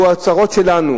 הוא האוצרות שלנו.